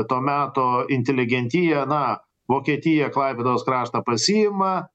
to meto inteligentiją na vokietija klaipėdos kraštą pasiima